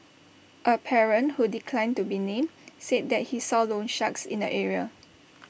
A parent who declined to be named said that he saw loansharks in the area